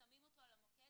שמים אותו על המוקד.